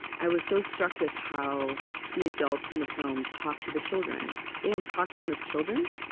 i was so struck with how the adults in the film talk to the children. they don't talk to them as children,